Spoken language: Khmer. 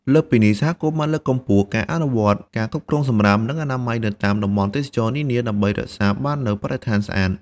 លើសពីនេះ សហគមន៍បានលើកកម្ពស់ការអនុវត្តការគ្រប់គ្រងសំរាម និងអនាម័យនៅតាមតំបន់ទេសចរណ៍នានា ដើម្បីរក្សាបាននូវបរិស្ថានស្អាត។